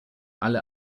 alle